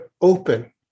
open